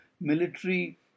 military